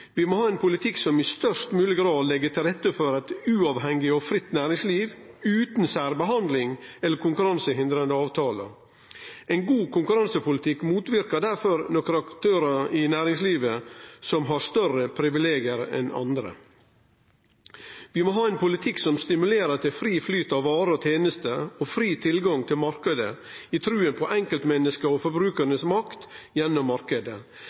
Vi må ha ein politikk som i størst mogleg grad legg til rette for eit uavhengig og fritt næringsliv, utan særbehandling eller konkurransehindrande avtalar. Ein god konkurransepolitikk motverkar difor at nokre aktørar i næringslivet har større privilegium enn andre. Vi må ha ein politikk som stimulerer til fri flyt av varer og tenester og fri tilgang til marknaden, i trua på enkeltmennesket og forbrukarane si makt gjennom